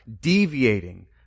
deviating